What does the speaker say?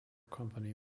company